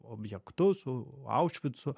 objektu su aušvicu